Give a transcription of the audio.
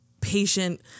patient